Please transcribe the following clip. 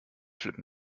flippen